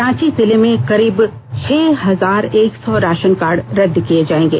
रांची जिले में करीब छह हजार एक सौ राशन कार्ड रद्द किए जाएंगे